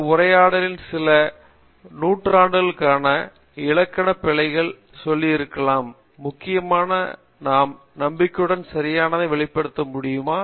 இந்த உரையாடலில் சில நூற்றுக்கணக்கான இலக்கண பிழைகள் சொல்லியிருக்கலாம் முக்கியமாக நாம் நம்பிக்கையுடன் சரியானதை வெளிப்படுத்த முடியுமா